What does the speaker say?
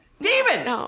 Demons